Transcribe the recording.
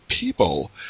people